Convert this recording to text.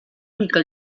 mica